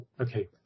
okay